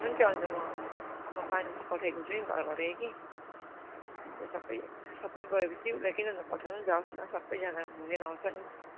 हुन्छ हुन्छ म म पानी चाहिँ पठाइदिन्छु नि घरबाटै कि अन्त सबै सबै गएपछि उसलाई किन नपठाउनु जाओस् न सबै जाँदा घुमेर आउँछ नि